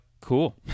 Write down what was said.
Cool